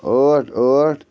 ٲٹھ ٲٹھ